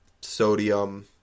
sodium